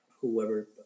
whoever